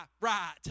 right